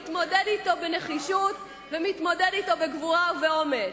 מתמודד אתו בנחישות ומתמודד אתו בגבורה ובאומץ.